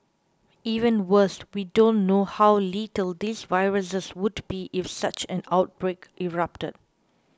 even worse we don't know how lethal these viruses would be if such an outbreak erupted